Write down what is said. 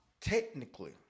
technically